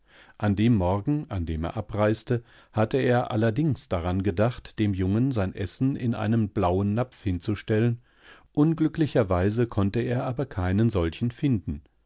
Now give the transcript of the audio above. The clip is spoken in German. verwirrtderkleinespielmannwar alserskansenverließ andemmorgen an dem er abreiste hatte er allerdings daran gedacht dem jungen sein essen in einem blauen napf hinzustellen unglücklicherweise konnte er aber keinen solchen finden